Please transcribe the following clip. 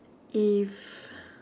if